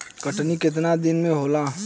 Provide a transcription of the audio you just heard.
कटनी केतना दिन में होला?